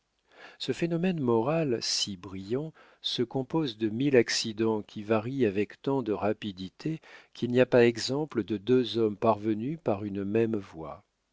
ce phénomène moral si brillant se compose de mille accidents qui varient avec tant de rapidité qu'il n'y a pas exemple de deux hommes parvenus par une même voie